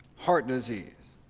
heart disease.